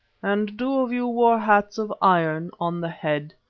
and two of you wore hats of iron on the head,